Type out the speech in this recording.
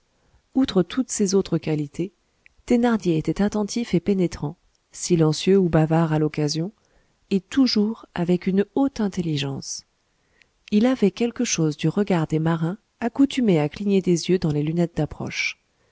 outre toutes ses autres qualités thénardier était attentif et pénétrant silencieux ou bavard à l'occasion et toujours avec une haute intelligence il avait quelque chose du regard des marins accoutumés à cligner des yeux dans les lunettes d'approche